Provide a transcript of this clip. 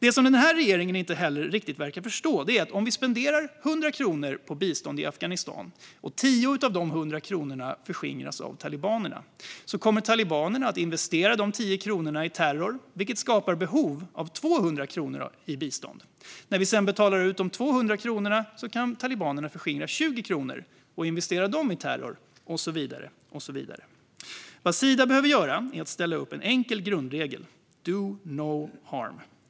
Det som regeringen inte heller riktigt verkar förstå är att om vi spenderar l00 kronor på bistånd i Afghanistan och 10 av dessa 100 kronor förskingras av talibanerna så kommer talibanerna att investera dessa 10 kronor i terror, vilket skapar behov av 200 kronor i bistånd. När vi sedan betalar ut de 200 kronorna kan talibanerna förskingra 20 kronor och investera dem i terror och så vidare. Vad Sida behöver göra är att ställa upp en enkel grundregel: Do no harm!